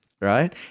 right